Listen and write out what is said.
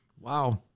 wow